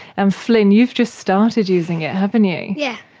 and flynn, you've just started using it, haven't you. yeah.